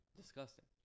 Disgusting